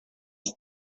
son